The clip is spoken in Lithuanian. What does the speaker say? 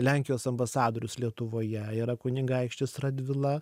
lenkijos ambasadorius lietuvoje yra kunigaikštis radvila